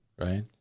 right